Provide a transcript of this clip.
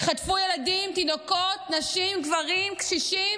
חטפו ילדים, תינוקות, נשים, גברים, קשישים,